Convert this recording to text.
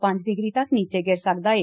ਪੰਜ ਡਿਗਰੀ ਤੱਕ ਨਿੱਚੇ ਗਿਰ ਸਕਦਾ ਏ